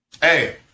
hey